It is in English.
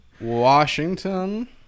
Washington